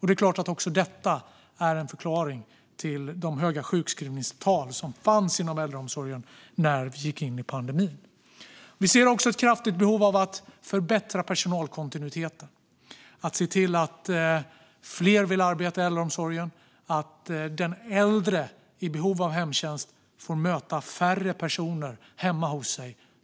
Det är klart att också detta är en förklaring till de höga sjukskrivningstal som redan fanns inom äldreomsorgen när vi gick in i pandemin. Vi ser också ett kraftigt behov av att förbättra personalkontinuiteten och se till att fler vill arbeta i äldreomsorgen och att den äldre i behov av hemtjänst får möta färre personer hemma hos sig.